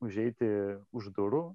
užeiti už durų